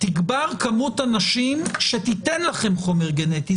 תגברנה כמות הנשים שתיתנה לכם חומר גנטי,